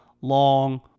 long